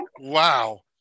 Wow